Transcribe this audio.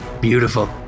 Beautiful